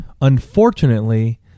Unfortunately